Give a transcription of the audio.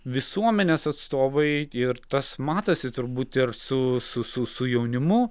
visuomenės atstovai ir tas matosi turbūt ir su su su su jaunimu